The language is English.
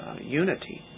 unity